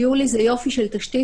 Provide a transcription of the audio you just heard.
מה שנעשה ליולי זה יופי של תשתית,